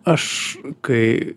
aš kai